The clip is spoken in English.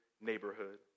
neighborhood